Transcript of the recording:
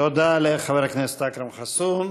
תודה לחבר הכנסת אכרם חסון.